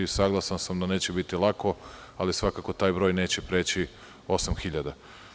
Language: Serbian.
Saglasan sam da neće biti lako, ali svakako taj broj neće preći 8.000.